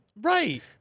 Right